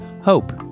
Hope